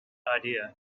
idea